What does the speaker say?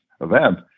event